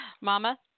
Mama